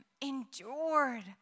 endured